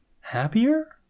happier